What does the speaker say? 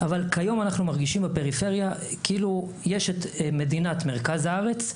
אבל כיום אנחנו מרגישים בפריפריה כאילו יש את מדינת מרכז הארץ,